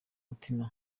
mutima